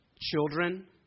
children